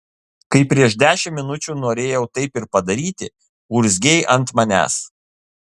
kai prieš dešimt minučių norėjau taip ir padaryti urzgei ant manęs